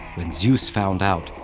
when zeus found out,